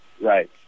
Right